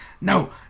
no